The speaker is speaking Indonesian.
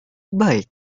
baik